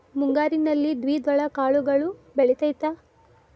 ಮುಂಗಾರಿನಲ್ಲಿ ದ್ವಿದಳ ಕಾಳುಗಳು ಬೆಳೆತೈತಾ?